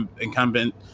incumbent